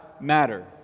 Matter